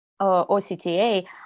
OCTA